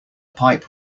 pipe